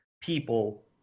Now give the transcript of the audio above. people